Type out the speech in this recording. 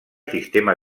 sistema